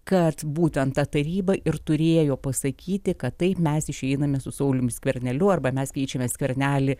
kad būtent ta taryba ir turėjo pasakyti kad taip mes išeiname su sauliumi skverneliu arba mes keičiame skvernelį